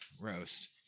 roast